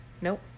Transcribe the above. Nope